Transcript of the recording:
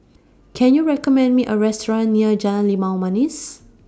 Can YOU recommend Me A Restaurant near Jalan Limau Manis